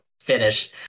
finish